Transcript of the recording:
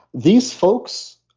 these folks,